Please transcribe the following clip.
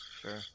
Sure